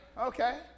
okay